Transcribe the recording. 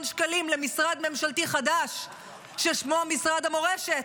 שקלים למשרד ממשלתי חדש ששמו משרד המורשת,